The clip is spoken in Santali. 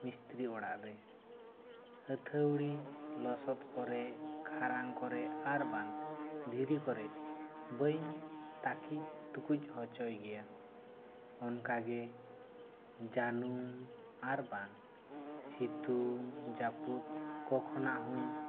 ᱢᱤᱥᱛᱨᱤ ᱚᱲᱟᱜ ᱨᱮ ᱟᱹᱛᱷᱟᱹᱣᱲᱤ ᱞᱚᱥᱚᱫ ᱠᱚᱨᱮ ᱠᱷᱟᱨᱟᱝ ᱠᱚᱨᱮ ᱟᱨ ᱵᱟᱝ ᱫᱷᱤᱨᱤ ᱠᱚᱨᱮ ᱵᱟᱹᱧ ᱛᱟᱹᱠᱤᱡ ᱛᱩᱠᱩᱡ ᱦᱚᱪᱚᱭ ᱜᱮᱭᱟ ᱚᱱᱠᱟ ᱜᱮ ᱡᱟᱹᱱᱩᱢ ᱟᱨ ᱵᱟᱝ ᱥᱤᱛᱩᱝ ᱡᱟᱹᱯᱩᱫ ᱠᱚ ᱠᱷᱚᱱᱟᱜ ᱦᱚᱹᱧ